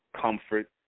comfort